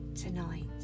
tonight